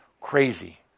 crazy